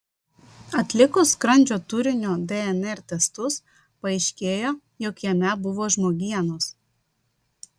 atlikus skrandžio turinio dnr testus paaiškėjo jog jame buvo žmogienos